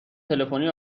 تلفنی